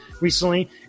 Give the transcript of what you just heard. recently